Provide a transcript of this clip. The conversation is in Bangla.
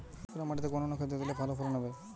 কাঁকুরে মাটিতে কোন অনুখাদ্য দিলে ভালো ফলন হবে?